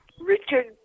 Richard